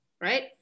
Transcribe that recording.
Right